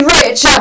rich